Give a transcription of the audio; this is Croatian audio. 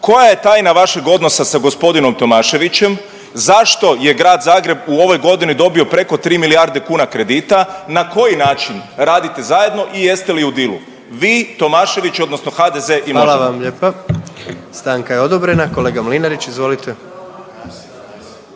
koja je tajna vašeg odnosa sa gospodinom Tomaševićem, zašto je grad Zagreb u ovoj godini dobio preko 3 milijarde kuna kredita, na koji način radite zajedno i jeste li u dilu? Vi, Tomašević odnosno HDZ i Možemo. **Jandroković, Gordan (HDZ)** Hvala vam lijepa. Stanka je odobrena. Kolega Mlinarić, izvolite.